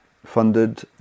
funded